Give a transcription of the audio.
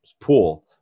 pool